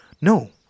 no